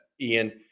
Ian